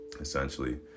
essentially